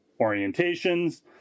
orientations